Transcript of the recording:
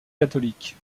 catholique